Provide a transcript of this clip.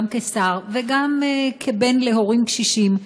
גם כשר וגם כבן להורים קשישים,